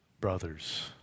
brothers